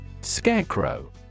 Scarecrow